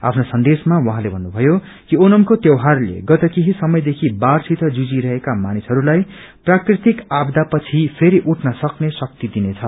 आफ्नो सन्देशमा उहाँले भन्नुभयो कि ओणमको त्यौहारले गत केही समयदेखि बाढ़सित जुझिरहेका मानिसहरूलाई प्राकृतिक आपदादेखि पछि फेरि उठ्ने सक्ने शक्ति दिनेछ